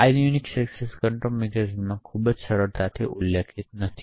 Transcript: આ Unix access control મિકેનિઝમ્સમાં ખૂબ જ સરળતાથી ઉલ્લેખિત નથી